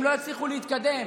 הם לא יצליחו להתקדם.